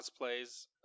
cosplays